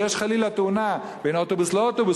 כשיש חלילה תאונה בין אוטובוס לאוטובוס